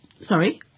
Sorry